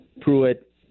pruitt